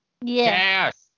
Yes